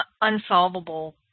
unsolvable